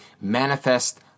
Manifest